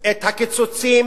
את הקיצוצים